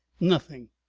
nothing.